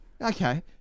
Okay